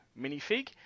minifig